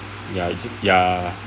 ya it's ya